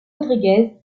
rodriguez